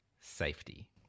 safety